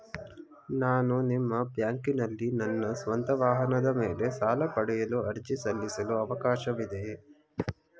ನಾನು ನಿಮ್ಮ ಬ್ಯಾಂಕಿನಲ್ಲಿ ನನ್ನ ಸ್ವಂತ ವಾಹನದ ಮೇಲೆ ಸಾಲ ಪಡೆಯಲು ಅರ್ಜಿ ಸಲ್ಲಿಸಲು ಅವಕಾಶವಿದೆಯೇ?